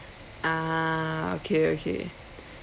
ah okay okay